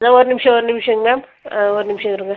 இதோ ஒரு நிமிஷம் ஒரு நிமிஷங்க மேம் ஆ ஒரு நிமிஷம் இருங்கள்